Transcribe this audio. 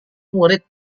murid